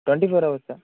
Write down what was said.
twenty four hours sir